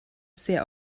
sehr